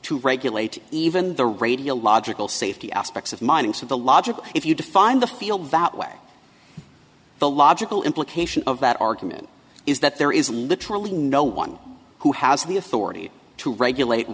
to regulate even the radiological safety aspects of mining so the logic if you define the field that way the logical implication of that argument is that there is literally no one who has the authority to regulate